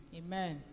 amen